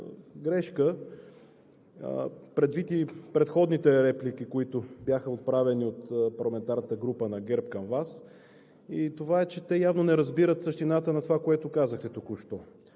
предвид и предходните реплики, които бяха отправени от парламентарната група на ГЕРБ към Вас. Те явно не разбират същината на това, което казахте току-що.